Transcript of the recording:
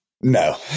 No